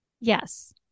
yes